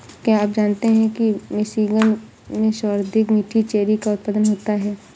क्या आप जानते हैं कि मिशिगन में सर्वाधिक मीठी चेरी का उत्पादन होता है?